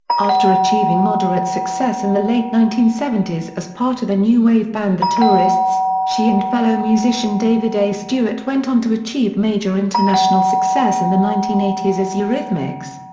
after achieving moderate success in the late nineteen seventy s as part of the new wave band the tourists, she and fellow musician david a. stewart went on to achieve major international success in the nineteen eighty s as eurythmics.